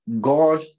God